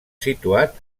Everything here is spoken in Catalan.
situat